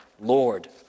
Lord